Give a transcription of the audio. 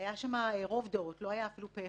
והיה שם רוב דעות, לא היה אפילו פה אחד,